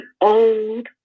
old